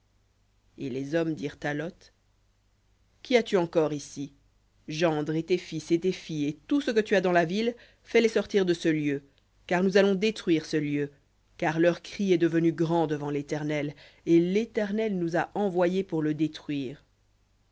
et les hommes dirent à lot qui as-tu encore ici gendre et tes fils et tes filles et tout ce que tu as dans la ville fais-les sortir de ce lieu car nous allons détruire ce lieu car leur cri est devenu grand devant l'éternel et l'éternel nous a envoyés pour le détruire